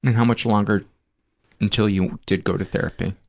how much longer until you did go to therapy?